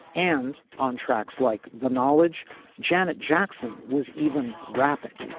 and on tracks like the knowledge janet jackson was even rapping.